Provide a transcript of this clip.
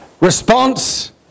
response